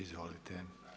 Izvolite.